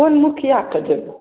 कोन मुखियाके देबै